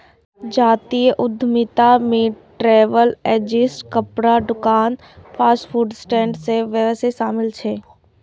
जातीय उद्यमिता मे ट्रैवल एजेंसी, कपड़ाक दोकान, फास्ट फूड स्टैंड सन व्यवसाय शामिल छै